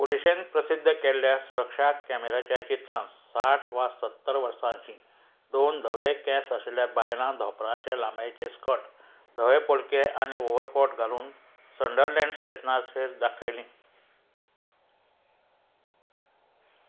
पुलिशेन प्रसिध्द केल्ल्या सुरक्षा कॅमेराच्या चित्रान साठ वा सत्तर वर्सांची दोन धवे कॅस आशिल्ल्या बायलां धोपरांचे लांबेचे स्कर्ट धवे पोलके आनी ओवरकोट घालून संडरलँड स्टेशनाचेर दाखयली